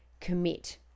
commit